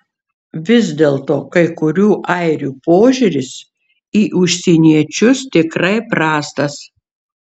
vis dėlto kai kurių airių požiūris į užsieniečius tikrai prastas